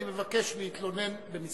אני מבקש להתלונן במשרדי.